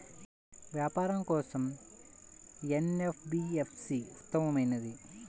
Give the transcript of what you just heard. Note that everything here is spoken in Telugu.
వ్యాపారం కోసం ఏ ఎన్.బీ.ఎఫ్.సి ఉత్తమమైనది?